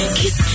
kiss